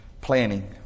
Planning